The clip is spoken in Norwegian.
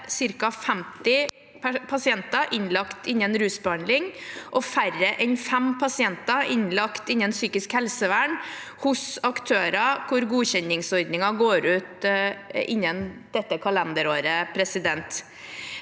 ca. 50 pasienter som var innlagt for rusbehandling, og færre enn fem pasienter som var innlagt innen psykisk helsevern hos aktører hvor godkjenningsordningen går ut innen dette kalenderåret. Det